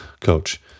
coach